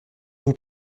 vous